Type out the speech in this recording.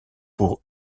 pour